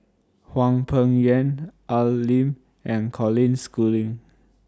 Hwang Peng Yuan Al Lim and Colin Schooling